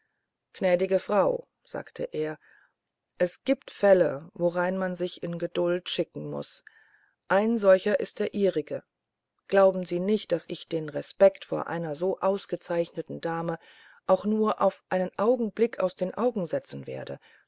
gnädige frau sagte er es gibt fälle worein man sich in geduld schicken muß ein solcher ist der ihrige glauben sie nicht daß ich den respekt vor einer so ausgezeichneten dame auch nur auf einen augenblick aus den augen setzen werde